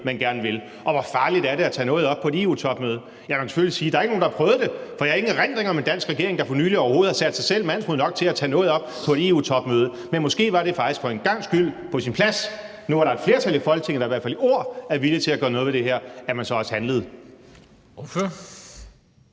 man gerne vil, og hvor farligt er det at tage noget op på et EU-topmøde? Ja, man kan selvfølgelig sige, at der ikke er nogen, der har prøvet det, for jeg har ingen erindring om en dansk regering, der for nylig overhovedet har haft mandsmod nok til at tage noget op på et EU-topmøde. Men måske var det faktisk for en gangs skyld nu, hvor der er et flertal i Folketinget, der i hvert fald i ord er villig til at gøre noget ved det her, på sin plads, at man så også handlede.